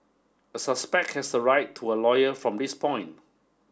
a suspect has the right to a lawyer from this point